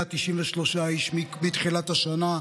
193 איש מתחילת השנה.